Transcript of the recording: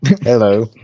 Hello